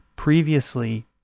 previously